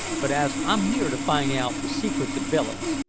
but as i'm here to find out the secrets of villains,